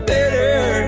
Better